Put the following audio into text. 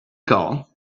call